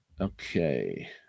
Okay